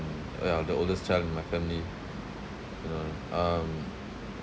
um orh ya the oldest child in my family you know um